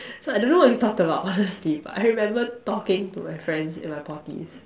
so I don't know what we talked about honestly but I remember talking to my friends in my potties